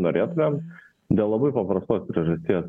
norėtumėm dėl labai paprastos priežasties